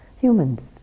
humans